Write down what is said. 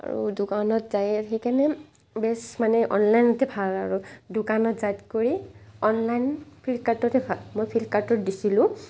আৰু দোকানত যায়ে সেইকাৰণে বেচ মানে অনলাইনতে ভাল আৰু দোকানত যোৱাত কৰি অনলাইল ফ্লিপকাৰ্টতে ভাল মই ফ্লিপকাৰ্টটোত দিছিলোঁ